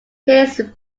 his